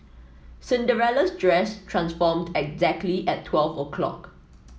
Cinderella's dress transformed exactly at twelve o'clock